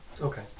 Okay